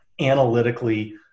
analytically